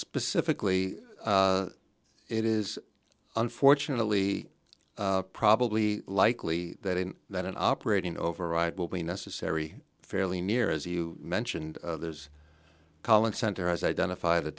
specifically it is unfortunately probably likely that in that an operating override will be necessary fairly near as you mentioned those calling center has identif